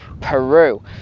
Peru